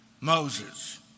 Moses